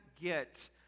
get